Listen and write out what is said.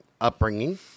upbringing